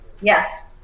Yes